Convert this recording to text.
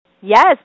Yes